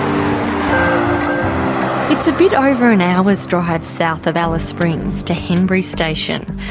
um it's a bit over an hour's drive south of alice springs to henbury station.